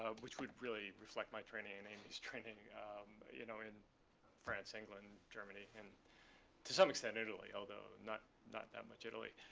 ah which would really reflect my training and amy's training you know in france, england, germany, and to some extent italy, although not not that much italy.